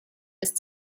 ist